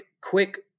quick